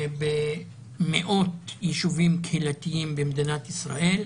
במיעוט ישובים קהילתיים במדינת ישראל.